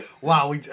Wow